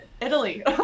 Italy